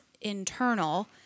internal